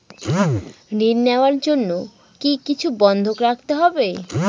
ঋণ নেওয়ার জন্য কি কিছু বন্ধক রাখতে হবে?